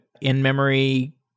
in-memory